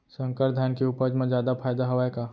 संकर धान के उपज मा जादा फायदा हवय का?